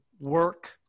work